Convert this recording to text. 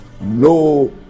no